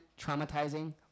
traumatizing